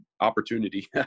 opportunity